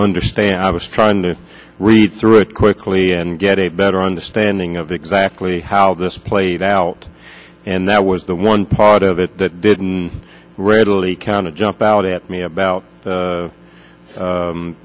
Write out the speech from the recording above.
understand i was trying to read through it quickly and get a better understanding of exactly how this play out and that was the one part of it that didn't readily counted jumped out at me about